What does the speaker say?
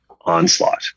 onslaught